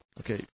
okay